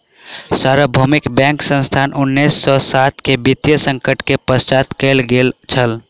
सार्वभौमिक बैंकक स्थापना उन्नीस सौ सात के वित्तीय संकट के पश्चात कयल गेल छल